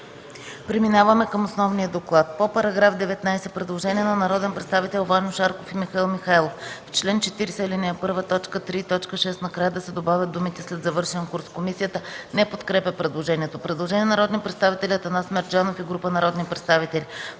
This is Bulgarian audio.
Преминаваме към основния доклад. По § 19 – предложение от народните представители Ваньо Шарков и Михаил Михайлов: В чл. 40, ал. 1, т. 3 и т. 6 накрая да се добавят думите „след завършен курс”. Комисията не подкрепя предложението. Предложение на народния представител Атанас Мерджанов и група народни представители: